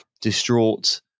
distraught